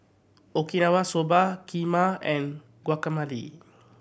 Okinawa Soba Kheema and Guacamole